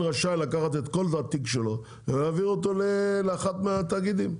רשאי לקחת את כל התיק שלו ולהעביר אותו לאחד מהתאגידים.